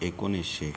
एकोणीसशे